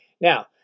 Now